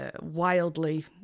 wildly